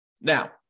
Now